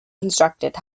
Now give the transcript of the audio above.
constructed